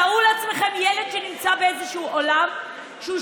תארו לעצמכם ילד שנמצא באיזשהו עולם שבו הוא